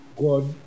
God